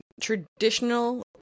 traditional